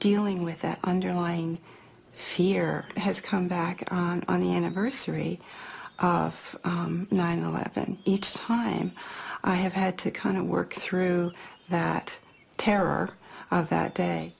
dealing with that underlying fear has come back on the anniversary of nine eleven each time i have had to kind of work through that terror that day